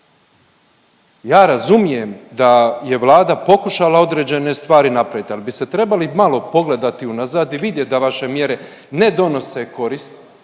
Ja razumijem da je Vlada pokušala određene stvari napraviti, ali bi se trebali malo pogledati unazad i vidjeti da vaše mjere ne donose korist